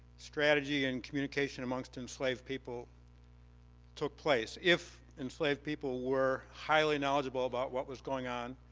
strategy and communication amongst enslaved people took place. if enslaved people were highly knowledgeable about what was going on,